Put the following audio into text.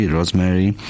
Rosemary